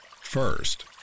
First